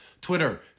Twitter